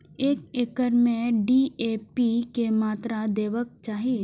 एक एकड़ में डी.ए.पी के मात्रा देबाक चाही?